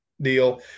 deal